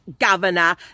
governor